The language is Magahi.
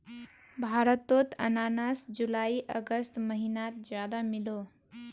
भारतोत अनानास जुलाई अगस्त महिनात ज्यादा मिलोह